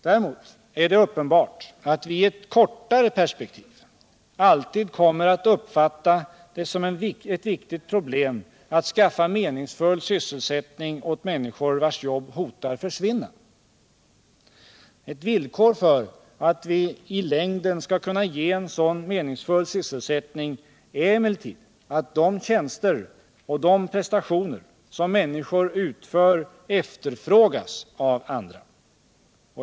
Däremot är det uppenbart att vi i ett kortare perspektiv alltid kommer att uppfatta det som ett viktigt problem att skaffa meningsfull sysselsättning åt människor, vilkas arbete hotar att försvinna. Ett villkor för att vi i längden skall kunna ge en meningsfull sysselsättning är emellertid att de tjänster och prestationer som människor utför efterfrågas av andra.